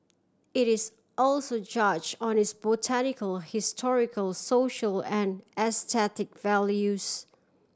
it is also judge on its botanical historical social and aesthetic values